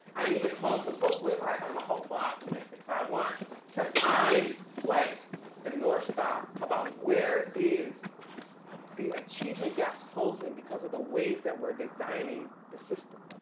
i need to close the book with like, i'm a hopeful optimistic so, i want to find like the north star about where is the achievement gap closing because of the ways that we're designing the system.